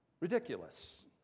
Ridiculous